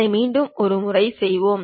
அதை மீண்டும் ஒரு முறை செய்வோம்